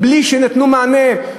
בלי שנתנו מענה,